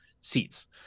seats